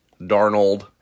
Darnold